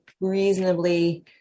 reasonably